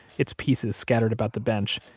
its pieces scattered about the bench.